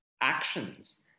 actions